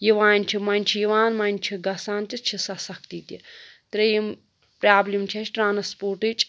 یِوان چھِ منٛزٕ چھُ یِوان منٛزٕ چھُ گژھان تہٕ چھِ سۅ سختی تہِ ترٛییِم پرٛابلِم چھِ اَسہِ ٹرٛانسپوٗرٹٕچ